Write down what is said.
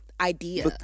idea